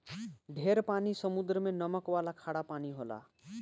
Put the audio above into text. ढेर पानी समुद्र मे नमक वाला खारा पानी होला